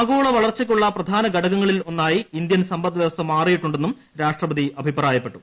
ആഗോള വളർച്ചയ്ക്കുള്ള പ്രധാന ഘടകങ്ങളിൽ ഒന്നായി ഇന്ത്യൻ സമ്പദ്വ്യവസ്ഥ മാറിയിട്ടുണ്ടെന്നും രാഷ്ട്രപതി അഭിപ്രായപ്പെട്ടു